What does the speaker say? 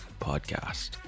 Podcast